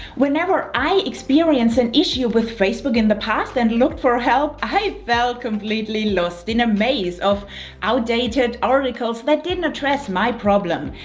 whenever i experienced an issue with facebook in the past and looked for help, i felt completely lost in a maze of outdated articles that didn't address my problem.